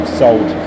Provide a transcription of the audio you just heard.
sold